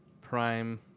Prime